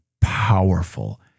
powerful